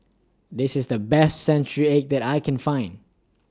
This IS The Best Century Egg that I Can Find